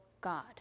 God